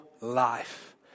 life